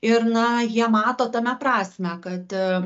ir na jie mato tame prasmę kad